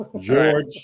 George